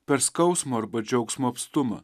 per skausmo arba džiaugsmo apstumą